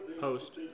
post